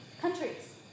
countries